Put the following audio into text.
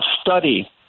study